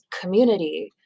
community